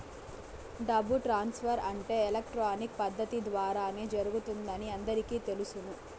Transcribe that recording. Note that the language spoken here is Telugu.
డబ్బు ట్రాన్స్ఫర్ అంటే ఎలక్ట్రానిక్ పద్దతి ద్వారానే జరుగుతుందని అందరికీ తెలుసును